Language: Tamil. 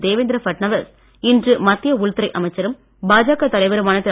தேவேந்திர பட்நவீஸ் இன்று மத்திய உள்துறை அமைச்சரும் பாஜக தலைவருமான திரு